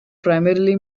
primarily